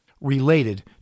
related